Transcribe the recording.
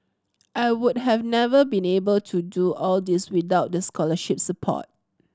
I would have never been able to do all these without the scholarship support